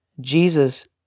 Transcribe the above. Jesus